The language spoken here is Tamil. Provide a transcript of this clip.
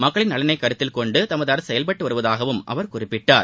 மக்களின் நலனை கருத்தில்கொண்டு தமது அரசு செயல்பட்டு வருவதாகவும் அவர் குறிப்பிட்டார்